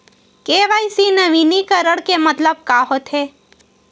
KYC नवीनीकरण के मतलब का होथे?